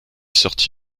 sorti